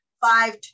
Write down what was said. five